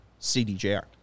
CDJR